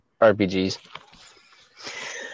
RPGs